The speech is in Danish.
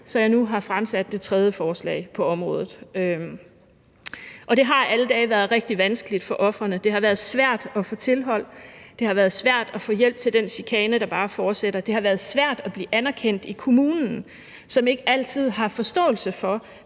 så jeg nu har fremsat det tredje forslag på området. Det har alle dage været rigtig vanskeligt for ofrene. Det har været svært at få tilhold; det har været svært at få hjælp i forhold til den chikane, der bare fortsætter; det har været svært at blive anerkendt i kommunen, som ikke altid har forståelse for,